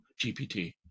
GPT